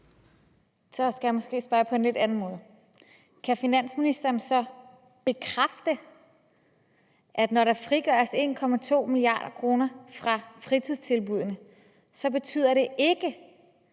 Så skal jeg måske spørge på en lidt anden måde: Kan finansministeren så bekræfte, at når der frigøres 1,2 mia. kr. fra fritidstilbuddene, betyder det ikke,